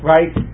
Right